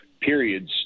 periods